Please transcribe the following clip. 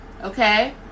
okay